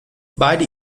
beide